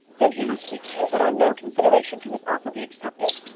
then he must be told that on no consideration can his offer be accepted.